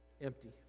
empty